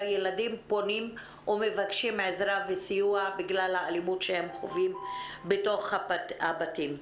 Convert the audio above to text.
ילדים פונים ומבקשים עזרה וסיוע בגלל האלימות שהם חווים בתוך הבתים.